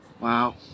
Wow